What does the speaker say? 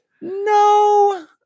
no